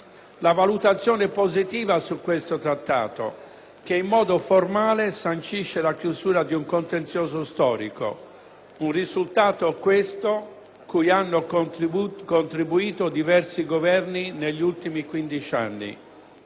la valutazione positiva sul Trattato, che in modo formale sancisce la chiusura di un contenzioso storico; un risultato, questo, cui hanno contribuito diversi Governi negli ultimi 15 anni.